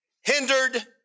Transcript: hindered